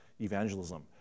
Evangelism